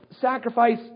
sacrifice